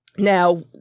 Now